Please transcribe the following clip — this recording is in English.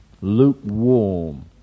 Lukewarm